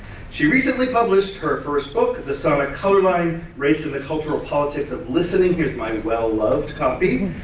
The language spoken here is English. she recently published her first book, the sonic color line race and the cultural politics of listening, here's my well-loved copy,